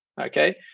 Okay